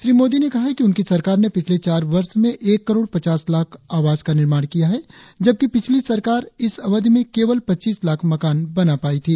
श्री मोदी ने कहा कि उनकी सरकार ने पिछले चार वर्ष में एक करोड़ पचास लाख आवास का निर्माण किया है जबकि पिछली सरकार इस अवधि में केवल पचीस लाख मकान बना पाई थी